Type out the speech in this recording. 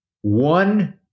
one